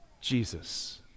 Jesus